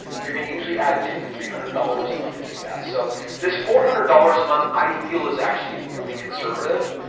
you're going to usually add two to three hundred dollars a month to that. so this four hundred dollars a month, i feel as actually really conservative.